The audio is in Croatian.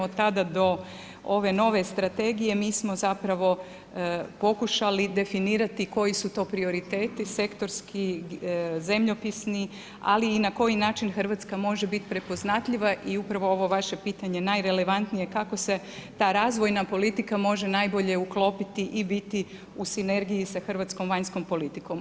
Od tada do ove nove strategije mi smo zapravo pokušali definirati koji su to prioriteti sektorski, zemljopisni ali i na koji način Hrvatska može biti prepoznatljiva i upravo ovo vaše pitanje najrelevantnije kako se ta razvojna politika može najbolje uklopiti i biti u sinergiji sa hrvatskom vanjskom politikom.